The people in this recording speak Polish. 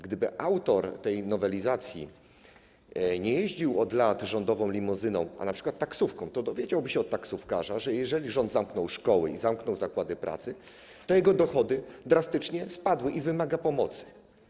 Gdyby autor tej nowelizacji jeździł od lat nie rządową limuzyną, ale np. taksówką, to dowiedziałby się od taksówkarza, że jeżeli rząd zamknął szkoły i zamknął zakłady pracy, to dochody tego taksówkarza drastycznie spadły i wymaga pomocy.